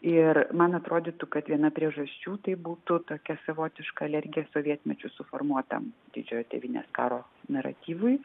ir man atrodytų kad viena priežasčių tai būtų tokia savotiška alergija sovietmečiu suformuotam didžiojo tėvynės karo naratyvui